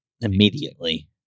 immediately